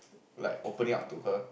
like opening up to her